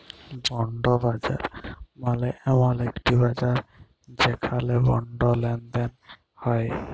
bond বাজার মালে এমল একটি বাজার যেখালে বন্ড লেলদেল হ্য়েয়